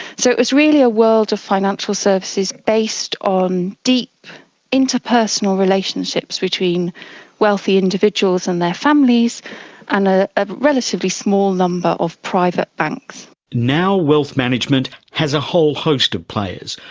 so it was really a world of financial services based on deep interpersonal relationships between wealthy individuals and their families and ah a relatively small number of private banks. now wealth management has a whole host of players,